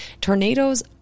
tornadoes